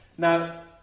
Now